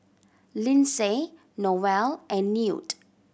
Lyndsay Noel and Newt